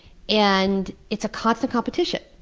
and it's a constant competition.